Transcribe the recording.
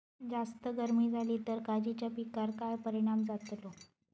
जास्त गर्मी जाली तर काजीच्या पीकार काय परिणाम जतालो?